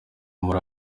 muri